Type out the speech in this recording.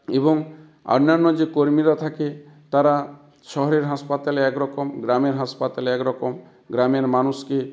এবং আন্যান্য যে কর্মীরা থাকে তারা শহরের হাসপাতালে একরকম গ্রামের হাসপাতালে একরকম গ্রামের মানুষকে